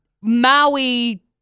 Maui